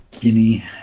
Guinea